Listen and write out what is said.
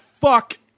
fuck